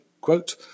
Quote